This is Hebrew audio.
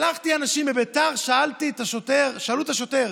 שלחתי אנשים לביתר, שאלו את השוטר: